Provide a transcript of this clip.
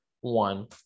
one